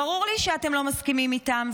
ברור לי שאתם לא מסכימים איתם,